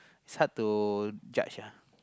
it's hard to judge ah